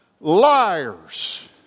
liars